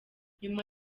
nyuma